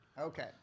Okay